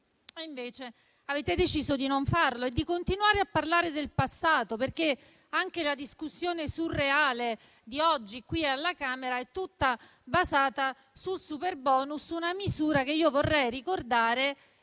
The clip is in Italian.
Invece avete deciso di non farlo e di continuare a parlare del passato, perché anche la discussione surreale di oggi, qui e alla Camera, è tutta basata sul superbonus, una misura che - vorrei ricordarlo